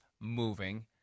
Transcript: moving